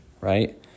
right